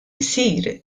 isir